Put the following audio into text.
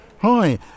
Hi